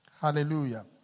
Hallelujah